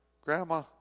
Grandma